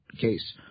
case